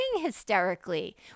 hysterically